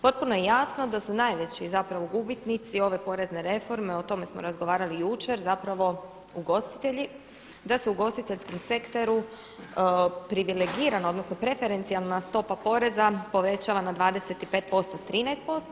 Potpuno je jasno da su najveći zapravo gubitnici ove porezne reforme, o tome smo razgovarali i jučer zapravo ugostitelji, da se ugostiteljskom sektoru privilegira odnosno preferencijalna stopa poreza povećava na 25% s 13%